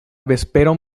vesperon